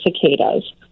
cicadas